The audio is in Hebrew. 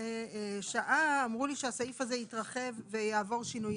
לפני שעה אמרו לי שהסעיף הזה התרחב ויעבור שינויים,